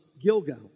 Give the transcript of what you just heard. Gilgal